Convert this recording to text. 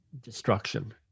destruction